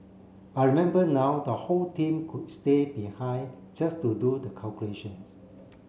I remember now the whole team would stay behind just to do the calculations